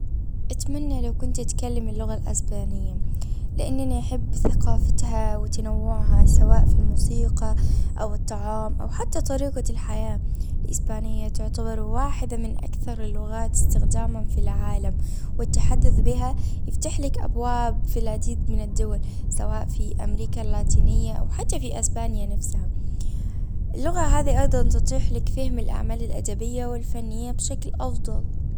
اتمنى لو كنت أتكلم اللغة الاسبانية لانني احب ثقافتها وتنوعها سواء في الموسيقى او الطعام او حتى طريقة الحياة الاسبانية تعتبر واحدة من اكثر اللغات استخداما في العالم والتحدث بها يفتح لك ابواب في العديد من الدول سواء في امريكا اللاتينية او حتى في اسبانيا نفسها اللغة هذي ايضا تتيح لك فهم الاعمال الادبية والفنية بشكل افضل.